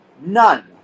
None